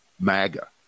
MAGA